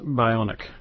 bionic